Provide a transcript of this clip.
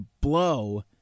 blow